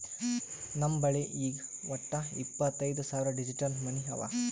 ನಮ್ ಬಲ್ಲಿ ಈಗ್ ವಟ್ಟ ಇಪ್ಪತೈದ್ ಸಾವಿರ್ ಡಿಜಿಟಲ್ ಮನಿ ಅವಾ